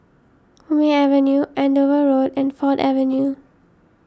Hume Avenue Andover Road and Ford Avenue